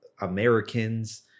Americans